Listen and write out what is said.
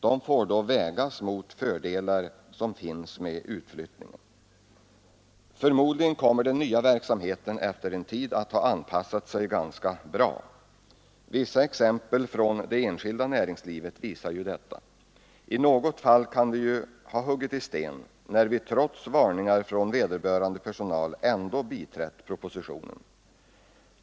De får då vägas mot de fördelar man vinner med utflyttningen. Förmodligen kommer den nya verksamheten efter en tid att ha anpassat sig ganska bra. Vissa exempel från det enskilda näringslivet visar detta. I något fall kan vi ha huggit i sten, när vi trots varningar från vederbörande personal ändå har biträtt propositionen.